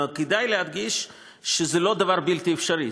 כדאי להדגיש שזה לא דבר בלתי אפשרי.